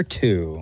two